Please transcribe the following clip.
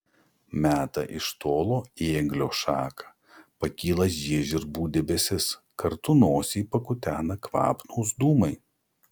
meta iš tolo ėglio šaką pakyla žiežirbų debesis kartu nosį pakutena kvapnūs dūmai